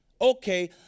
Okay